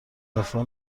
وفا